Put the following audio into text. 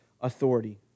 authority